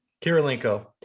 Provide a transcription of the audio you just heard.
Kirilenko